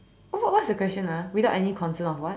what what's the question ah without any concern of what